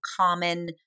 common